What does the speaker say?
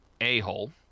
a-hole